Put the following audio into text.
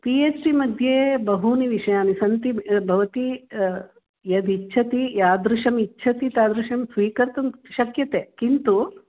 P H D मध्ये बहवः विषयाः सन्ति भवती यदिच्छति यादृशम् इच्छति तादृशं स्वीकर्तुं शक्यते किन्तु